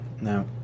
No